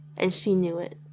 and she knew it.